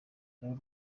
narwo